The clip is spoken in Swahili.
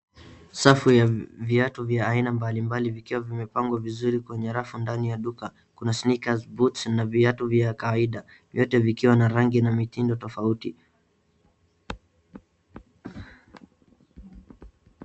Safu ya viatu vya aina mbalimbali vikiwa vimepangwa vizuri kwenye rafu ndani ya duka. Kuna sneakers, boots na viatu vya kawaida vyote vikiwa na rangi na mitindo tofauti.